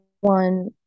one